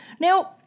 Now